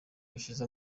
gushize